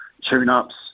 tune-ups